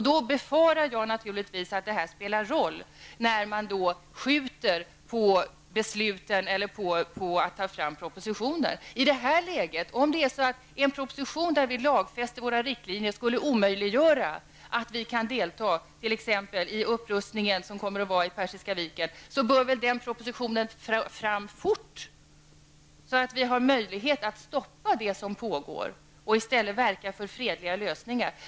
Då befarar jag naturligtvis att det spelar en roll när man skjuter upp framtagandet av propositionen. Om en proposition, enligt vilken vi lagfäster våra riktlinjer, skulle omöjliggöra för oss att t.ex. delta i den upprustning som kommer att ske vid Persiska viken bör väl den propositionen fram fort, så att vi har möjlighet att stoppa det som pågår och i stället verka för fredliga lösningar.